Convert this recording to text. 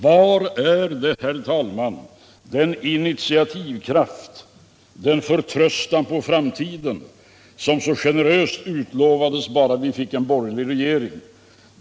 Var är, herr talman, den initiativkraft, den förtröstan på framtiden som så generöst utlovades bara vi fick en borgerlig regering?